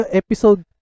episode